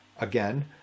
again